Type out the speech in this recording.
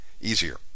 easier